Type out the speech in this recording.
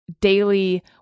daily